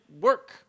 work